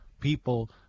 people